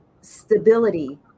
stability